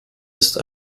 ist